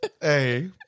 Hey